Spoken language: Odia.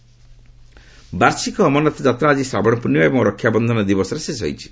ଅମରନାଥ ଯାତ୍ରା ବାର୍ଷିକ ଅମରନାଥ ଯାତ୍ରା ଆଜି ଶ୍ରାବଣ ପୂର୍ଣ୍ଣିମା ଏବଂ ରକ୍ଷା ବନ୍ଧନ ଦିବସରେ ଶେଷ ହୋଇଛି